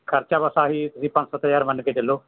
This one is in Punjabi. ਖਰਚਾ ਬੱਸ ਆਹੀ ਤੁਸੀਂ ਪੰਜ ਸੱਤ ਹਜ਼ਾਰ ਮੰਨ ਕੇ ਚੱਲੋ